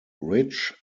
rich